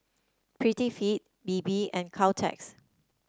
Prettyfit Bebe and Caltex